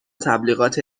تبلیغات